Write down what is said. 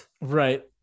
Right